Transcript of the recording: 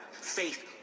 faith